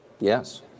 yes